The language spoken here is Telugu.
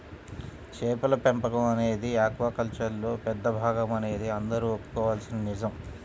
చేపల పెంపకం అనేది ఆక్వాకల్చర్లో పెద్ద భాగమనేది అందరూ ఒప్పుకోవలసిన నిజం